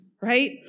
right